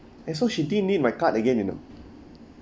and so she didn't need my card again you know